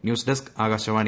news desk Akashvani